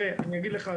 תראה אני אגיד לך,